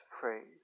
phrase